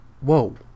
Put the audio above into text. Whoa